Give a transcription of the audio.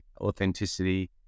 authenticity